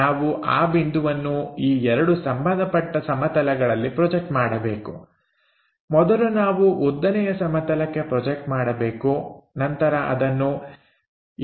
ನಾವು ಆ ಬಿಂದುವನ್ನು ಈ ಎರಡು ಸಂಬಂಧಪಟ್ಟ ಸಮತಲಗಳಲ್ಲಿ ಪ್ರೊಜೆಕ್ಟ್ ಮಾಡಬೇಕು ಮೊದಲು ನಾವು ಉದ್ದನೆಯ ಸಮತಲಕ್ಕೆ ಪ್ರೊಜೆಕ್ಟ್ ಮಾಡಬೇಕು ನಂತರ ಅದನ್ನು aʹ ಎಂದು ಹೆಸರಿಸಬೇಕು